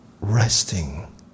resting